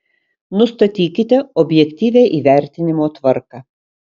nustatykite objektyvią įvertinimo tvarką